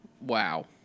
Wow